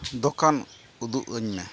ᱫᱚᱠᱟᱱ ᱩᱫᱩᱜ ᱟᱹᱧᱢᱮ